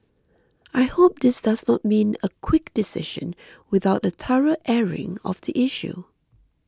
I hope this does not mean a quick decision without a thorough airing of the issue